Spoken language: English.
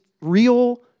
real